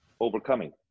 overcoming